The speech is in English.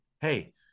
hey